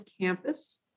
campus